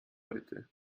heute